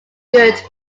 good